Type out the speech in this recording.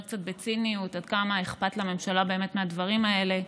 קצת בציניות על כמה אכפת לממשלה באמת מהדברים האלה.